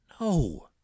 No